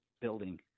building